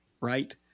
right